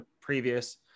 previous